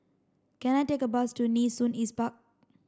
can I take a bus to Nee Soon East Park